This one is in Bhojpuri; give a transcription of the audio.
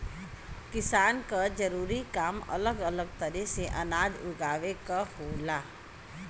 किसान क जरूरी काम अलग अलग तरे से अनाज उगावे क होला